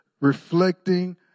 reflecting